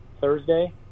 Thursday